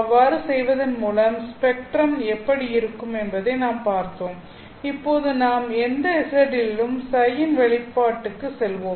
அவ்வாறு செய்வதன் மூலம் ஸ்பெக்ட்ரம் எப்படி இருக்கும் என்பதை நாம் பார்த்தோம் இப்போது நாம் எந்த z லிலும் Ψ இன் வெளிப்பாட்டுக்கு செல்வோம்